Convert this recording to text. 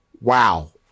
wow